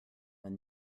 when